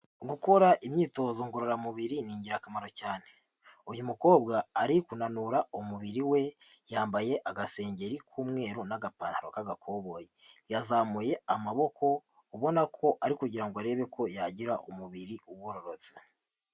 Gukora imyitozo ngororamubiri ni ingirakamaro cyane, uyu mukobwa ari kunanura umubiri we yambaye agasengeri k'umweru n'agapantaro k'agakoboye, yazamuye amaboko ubona ko ari kugira ngo arebe ko yagira umubiri ugorororotse.